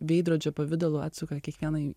veidrodžio pavidalu atsuka kiekvieną į